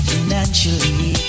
Financially